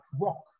rock